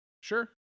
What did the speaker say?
Sure